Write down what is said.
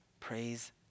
Praise